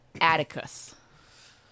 Atticus